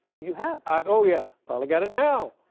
you have? oh, yeah. probably got it now.